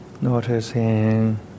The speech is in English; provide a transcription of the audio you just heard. noticing